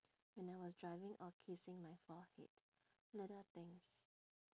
when I was driving or kissing my forehead little things